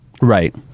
right